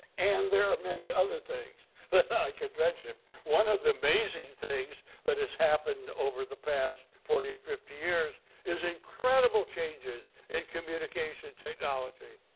and there are many other things that i could mention. one of the amazing things that has happened over the past forty or fifty years is incredible changes in communication technology.